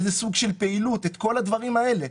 איזה סוג של פעילות, כל הדברים האלה.